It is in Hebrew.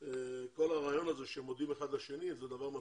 כל הרעיון הזה שהם מודים אחד לשני זה דבר מצחיק,